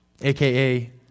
AKA